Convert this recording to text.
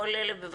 כל אלה,